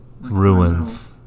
ruins